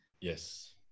Yes